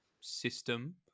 system